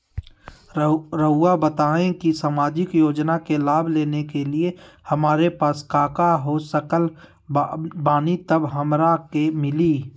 रहुआ बताएं कि सामाजिक योजना के लाभ लेने के लिए हमारे पास काका हो सकल बानी तब हमरा के मिली?